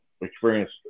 Experience